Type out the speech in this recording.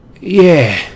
Yeah